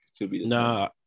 No